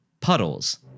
Puddles